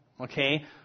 okay